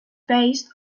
based